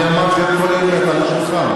אני אמרתי את כל האמת על השולחן.